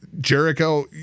Jericho